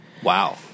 Wow